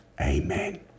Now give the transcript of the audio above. amen